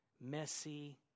messy